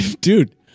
Dude